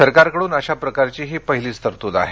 सरकारकडून अशा प्रकारची ही पहिलीच तरतूद आहे